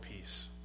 peace